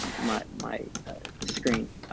my, my screen,